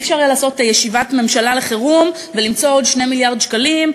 אי-אפשר יהיה לעשות ישיבת ממשלה לחירום ולמצוא עוד 2 מיליארד שקלים,